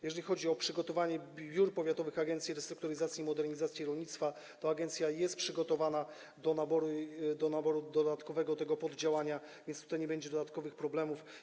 Jeżeli chodzi o przygotowanie biur powiatowych Agencji Restrukturyzacji i Modernizacji Rolnictwa, to agencja jest przygotowana do naboru, do dodatkowego działania, więc nie będzie dodatkowych problemów.